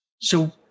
So